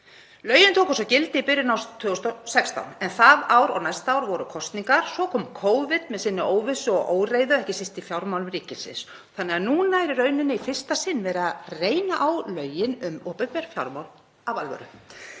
Lögin tóku svo gildi í byrjun árs 2016 en það ár og næsta ár voru kosningar. Svo kom Covid með sinni óvissu og óreiðu, ekki síst í fjármálum ríkisins, þannig að núna er í rauninni í fyrsta sinn verið að reyna á lögin um opinber fjármál af alvöru.